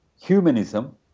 humanism